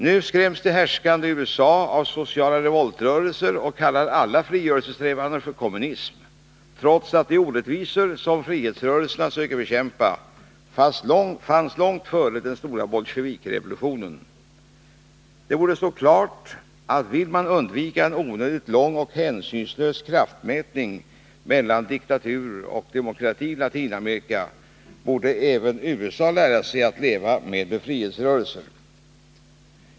Nu skräms de härskande i USA av sociala revoltrörelser och kallar alla frigörelsesträvanden för kommunism, trots att de orättvisor som frihetsrörelserna söker bekämpa fanns långt före den stora bolsjevikrevolutionen. Det borde stå klart även för USA att man, om man vill undvika en onödigt lång och hänsynslös kraftmätning mellan diktatur och demokrati i Latinamerika, måste lära sig att leva med befrielserörelser.